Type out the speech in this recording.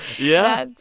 yeah?